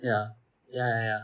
ya ya ya ya